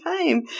time